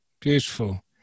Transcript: Beautiful